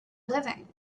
living